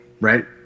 right